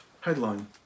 headline